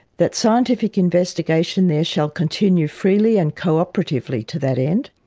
that scientific investigation there shall continue freely and cooperatively to that end,